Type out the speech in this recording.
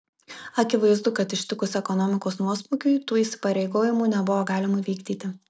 akivaizdu kad ištikus ekonomikos nuosmukiui tų įsipareigojimų nebuvo galima vykdyti